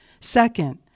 second